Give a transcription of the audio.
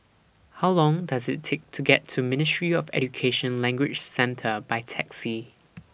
How Long Does IT Take to get to Ministry of Education Language Centre By Taxi